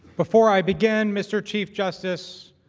before i begin mr. chief justice,